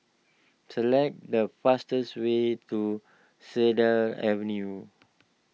select the fastest way to Cedar Avenue